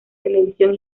televisión